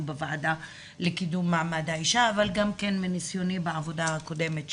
בוועדה לקידום מעמד האישה אבל גם כן מניסיוני בעבודה הקודמת שלי.